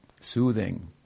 soothing